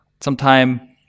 Sometime